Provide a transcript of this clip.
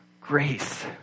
grace